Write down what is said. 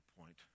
point